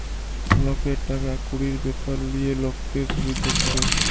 লকের টাকা কুড়ির ব্যাপার লিয়ে লক্কে সুবিধা ক্যরে